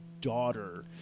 daughter